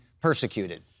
persecuted